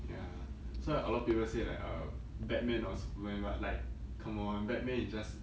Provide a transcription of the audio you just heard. ya so a lot of people say like uh batman or superman but like come on batman is just